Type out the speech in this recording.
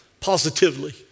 positively